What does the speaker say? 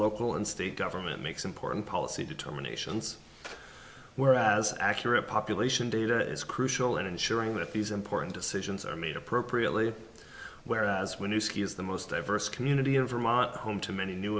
local and state government makes important policy determinations where as accurate population data is crucial in ensuring that these important decisions are made appropriately whereas when you ski is the most diverse community in vermont home to many new